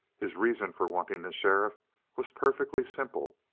his reason for wanting the sheriff was perfectly simple.